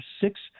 six